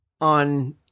on